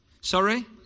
Sorry